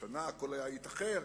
השנה הכול התאחר,